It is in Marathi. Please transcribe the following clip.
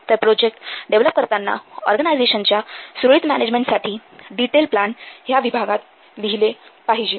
तर प्रोजेक्ट डेव्हलप करताना ऑर्गनायझेशनच्या सुरळीत मॅनेजमेंटसाठी डिटेलड प्लॅन ह्या विभागात लिहिले पाहिजे